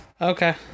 okay